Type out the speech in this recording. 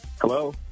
Hello